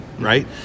Right